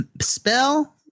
spell